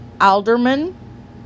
alderman